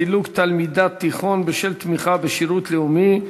סילוק תלמידת תיכון בשל תמיכה בשירות לאומי,